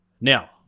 Now